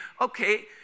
okay